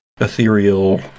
ethereal